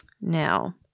Now